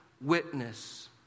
witness